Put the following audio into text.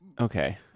Okay